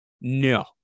no